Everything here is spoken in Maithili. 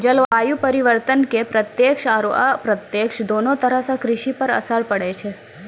जलवायु परिवर्तन के प्रत्यक्ष आरो अप्रत्यक्ष दोनों तरह सॅ कृषि पर असर पड़ै छै